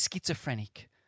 schizophrenic